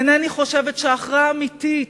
אינני חושבת שהכרעה אמיתית,